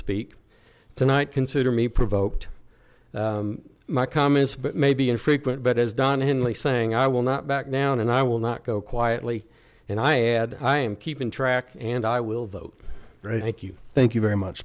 speak tonight consider me provoked my comments but maybe infrequent but as don henley saying i will not back down and i will not go quietly and i had i am keeping track and i will vote right thank you thank you very much